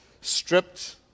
stripped